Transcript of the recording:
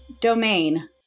Domain